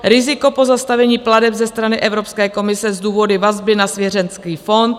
Riziko pozastavení plateb ze strany Evropské komise s důvody vazby na svěřenecký fond.